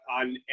on